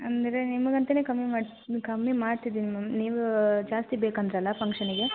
ಅಂದರೆ ನಿಮಗೆ ಅಂತಾನೇ ಕಮ್ಮಿ ಮಾಡ್ತ ಕಮ್ಮಿ ಮಾಡ್ತಿದೀನಿ ಮ್ಯಾಮ್ ನೀವು ಜಾಸ್ತಿ ಬೇಕು ಅಂದರಲ್ಲ ಫಂಕ್ಷನ್ನಿಗೆ